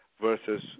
versus